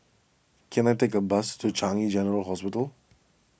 can I take a bus to Changi General Hospital